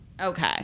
Okay